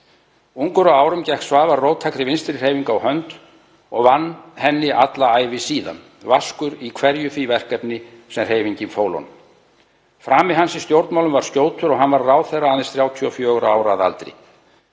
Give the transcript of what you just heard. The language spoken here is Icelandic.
Ungur að árum gekk Svavar róttækri vinstri hreyfingu á hönd og vann að henni alla ævi sína, vaskur í hverju því verkefni sem hreyfingin fól honum. Frami hans í stjórnmálum var skjótur og hann varð ráðherra aðeins 34 ára að aldri.